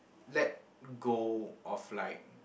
let go of like